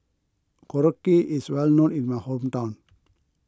Korokke is well known in my hometown